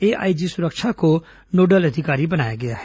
AIG सुरक्षा को nodal अधिकारी बनाया गया है